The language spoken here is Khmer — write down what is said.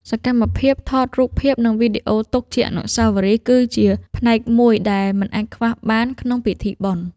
សកម្មភាពថតរូបភាព និងវីដេអូទុកជាអនុស្សាវរីយ៍ គឺជាផ្នែកមួយដែលមិនអាចខ្វះបានក្នុងពិធីបុណ្យ។